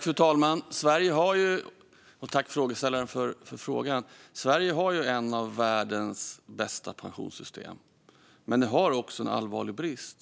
Fru talman! Jag tackar frågeställaren för frågan. Sverige har ett av världens bästa pensionssystem. Men det har också en allvarlig brist: